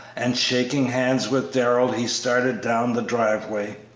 and, shaking hands with darrell, he started down the driveway.